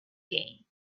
game